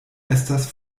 estas